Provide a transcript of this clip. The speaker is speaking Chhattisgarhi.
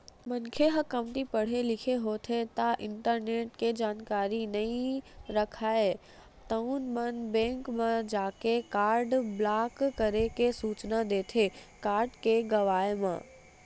मनखे ह कमती पड़हे लिखे होथे ता इंटरनेट के जानकारी नइ राखय तउन मन बेंक म जाके कारड ब्लॉक करे के सूचना देथे कारड के गवाय म